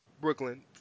Brooklyn